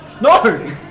no